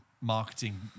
marketing